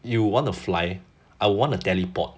you want to fly I want to teleport